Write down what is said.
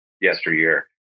yesteryear